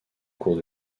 cours